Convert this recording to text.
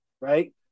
right